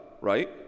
right